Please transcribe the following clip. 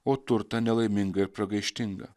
o turtą nelaimingą ir pragaištingą